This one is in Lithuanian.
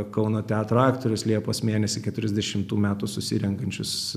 kauno teatro aktorius liepos mėnesį keturiasdešimtų metų susirenkančius